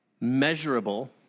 measurable